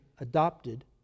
adopted